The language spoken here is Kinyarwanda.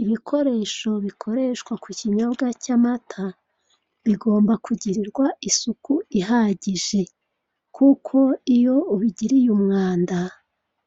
Ibikoresho bikoreshwa ku kinyobwa cy'amata, bigomba kugirirwa isuku ihagije kuko iyo ubigiriye umwanda,